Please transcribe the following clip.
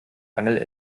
angel